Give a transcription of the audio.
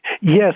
Yes